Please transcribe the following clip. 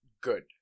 good